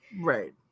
right